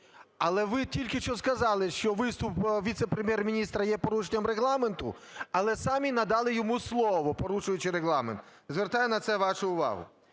але ви тільки що сказали, що виступ віце-прем'єр-міністра є порушенням Регламенту, але самі надали йому слово, порушуючи Регламент. Звертаю на це вашу увагу.